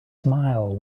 smile